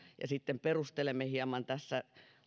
ja sitten perustelemme hieman tässä